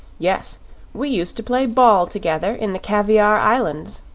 yes we used to play ball together in the caviar islands.